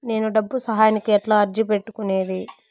నేను డబ్బు సహాయానికి ఎట్లా అర్జీ పెట్టుకునేది?